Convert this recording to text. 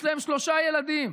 יש להם שלושה ילדים,